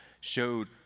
showed